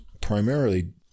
primarily